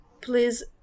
please